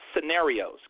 scenarios